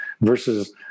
versus